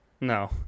No